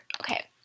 okay